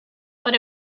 but